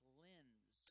lens